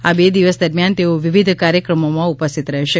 આ બે દિવસ દરમ્યાન તેઓ વિવિધ કાર્યક્રમોમાં ઉપસ્થિત રહેશે